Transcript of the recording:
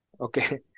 okay